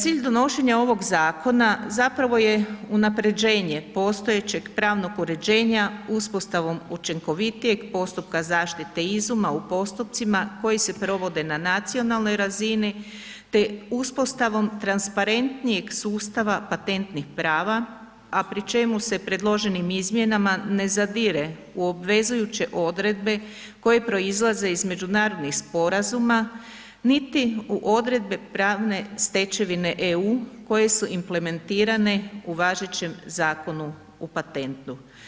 Cilj donošenja ovoga zakona zapravo je unapređenje postojećeg pravnog uređenja uspostavom učinkovitijeg postupka zaštite izuma u postupcima koji se provode na nacionalnoj razini te uspostavom transparentnijeg sustava patentnih prava a pri čemu se predloženim izmjenama ne zadire u obvezujuće odredbe koje proizlaze iz međunarodnih sporazuma, niti u odredbe pravne stečevine EU koje su implementirane u važećeg Zakonu o patentu.